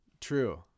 True